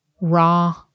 Raw